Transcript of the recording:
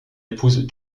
épouse